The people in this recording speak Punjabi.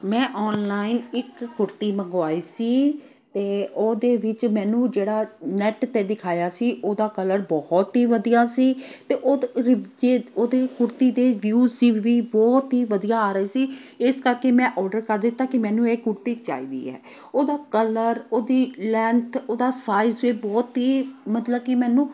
ਮੈਂ ਓਨਲਾਈਨ ਇੱਕ ਕੁੜਤੀ ਮੰਗਵਾਈ ਸੀ ਅਤੇ ਉਹਦੇ ਵਿੱਚ ਮੈਨੂੰ ਜਿਹੜਾ ਨੈੱਟ 'ਤੇ ਦਿਖਾਇਆ ਸੀ ਉਹਦਾ ਕਲਰ ਬਹੁਤ ਹੀ ਵਧੀਆ ਸੀ ਅਤੇ ਉਹਦੀ ਕੁੜਤੀ ਦੇ ਵਿਊਜ਼ ਸੀ ਵੀ ਬਹੁਤ ਹੀ ਵਧੀਆ ਆ ਰਹੇ ਸੀ ਇਸ ਕਰਕੇ ਮੈਂ ਓਰਡਰ ਕਰ ਦਿੱਤਾ ਕਿ ਮੈਨੂੰ ਇਹ ਕੁੜਤੀ ਚਾਹੀਦੀ ਹੈ ਉਹਦਾ ਕਲਰ ਉਹਦੀ ਲੈਂਥ ਉਹਦਾ ਸਾਈਜ਼ ਵੀ ਬਹੁਤ ਹੀ ਮਤਲਬ ਕਿ ਮੈਨੂੰ